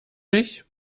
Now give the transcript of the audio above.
mich